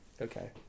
Okay